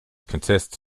consists